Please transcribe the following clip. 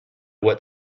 what